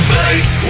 Face